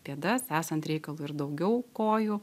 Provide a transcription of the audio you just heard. pėdas esant reikalui ir daugiau kojų